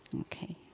Okay